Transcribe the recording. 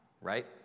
right